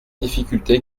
difficulté